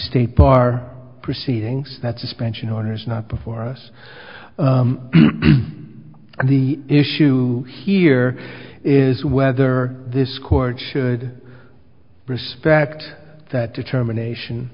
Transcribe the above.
state bar proceedings that suspension or is not before us the issue here is whether this court should respect that determination